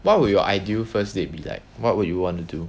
what will your ideal first date be like what would you want to do